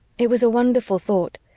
it was a wonderful thought,